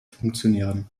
funktionieren